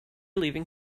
leaving